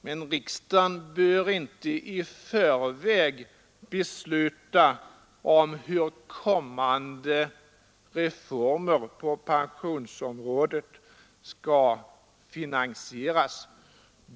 Men riksdagen bör inte i förväg besluta om hur kommande reformer på pensionsområdet skall finansieras.